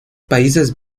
países